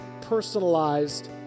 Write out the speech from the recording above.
personalized